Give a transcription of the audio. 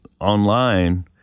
online